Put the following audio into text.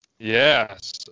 Yes